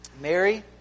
Mary